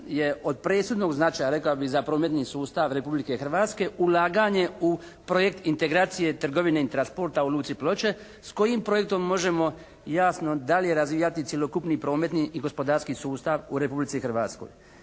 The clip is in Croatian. je od presudnog značaja rekao bih za prometni sustav Republike Hrvatske ulaganje u projekt integracije trgovine i transporta u luci Ploče s kojim projektom možemo jasno dalje razvijati cjelokupni prometni i gospodarski sustav u Republici Hrvatskoj.